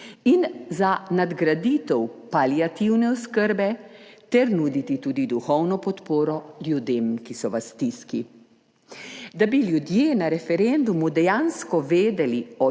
in za nadgraditev paliativne oskrbe ter nuditi tudi duhovno podporo ljudem, ki so v stiski. Da bi ljudje na referendumu dejansko vedeli,